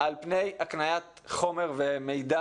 על פני הקניית חומר ומידע,